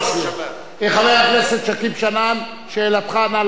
חבר הכנסת שכיב שנאן, שאלתך, נא להקריא אותה.